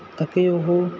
ਅਤੇ ਉਹ